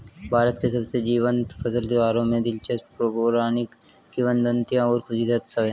भारत के सबसे जीवंत फसल त्योहारों में दिलचस्प पौराणिक किंवदंतियां और खुशी के उत्सव है